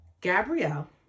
Gabrielle